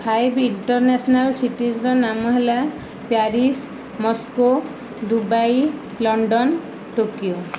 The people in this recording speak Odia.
ଫାଇଭ ଇଣ୍ଟେରନେଶନାଲ ସିଟିଜ ର ନାମ ହେଲା Paris Moscow Dubai London Tokyo